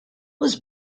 was